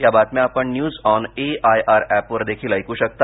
या बातम्या आपण न्यूज ऑन एआयआर ऍपवर देखील ऐकू शकता